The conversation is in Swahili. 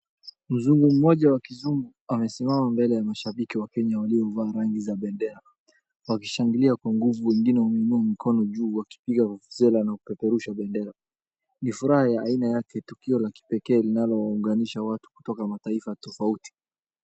Mzungu moja wa kizungu amesimama mbele ya mashabiki wa kenya waliovaa rangi za bendera wakishangilia kwa nguvu wengine wameinua mikono juu wakipiga vuvuzera na kupeperusha bendera ni furaha ya aina yake tu tukio la kipekee linalo unganisha watu kutoka mataifa tofauti.